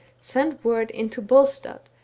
sent word into bolstad,